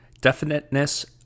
definiteness